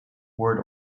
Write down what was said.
word